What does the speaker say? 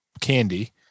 candy